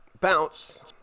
Bounce